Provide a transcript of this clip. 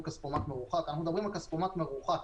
אנחנו מדברים על כספומט מרוחק,